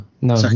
no